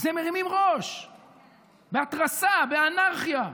אז הם מרימים ראש בהתרסה, באנרכיה.